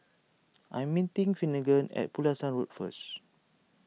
I am meeting Finnegan at Pulasan Road first